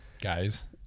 guys